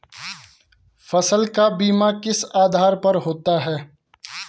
फसल का बीमा किस आधार पर होता है?